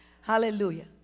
Hallelujah